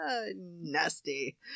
Nasty